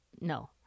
No